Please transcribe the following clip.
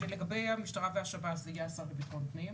שלגבי המשטרה והשב"ס זה יהיה השר לבטחון הפנים,